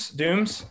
dooms